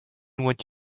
what